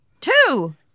Two